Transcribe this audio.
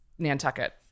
Nantucket